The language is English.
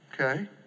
okay